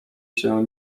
się